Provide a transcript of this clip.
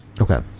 Okay